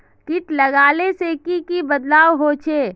किट लगाले से की की बदलाव होचए?